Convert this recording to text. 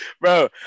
Bro